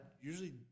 usually